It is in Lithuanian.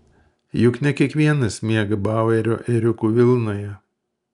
juk ne kiekvienas miega bauerio ėriukų vilnoje